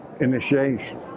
initiation